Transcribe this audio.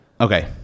Okay